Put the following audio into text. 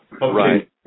Right